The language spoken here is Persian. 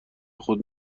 خود